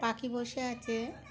পাখি বসে আছে